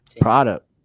product